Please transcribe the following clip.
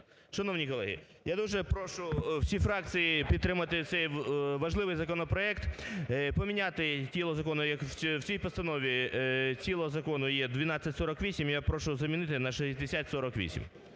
Шановні колеги, я дуже прошу всі фракції підтримати цей важливий законопроект, поміняти тіло закону, в цій постанові тіло закону є 1248, я прошу замінити на 6048.